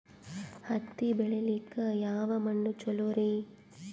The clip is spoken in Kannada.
ಹತ್ತಿ ಬೆಳಿಲಿಕ್ಕೆ ಯಾವ ಮಣ್ಣು ಚಲೋರಿ?